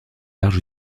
large